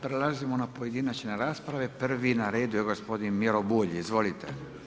Prelazim na pojedinačne rasprave, prvi na redu je gospodin Miro Bulj, izvolite.